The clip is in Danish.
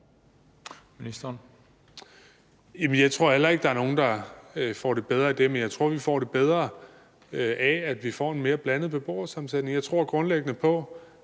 jeg tror heller ikke, at der er nogen, der får det bedre af det, men jeg tror, at vi får det bedre af, at vi får en mere blandet beboersammensætning. Jeg tror grundlæggende på,